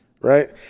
right